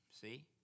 see